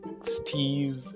Steve